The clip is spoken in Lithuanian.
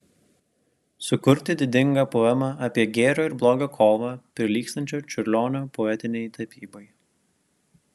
sukurti didingą poemą apie gėrio ir blogio kovą prilygstančią čiurlionio poetinei tapybai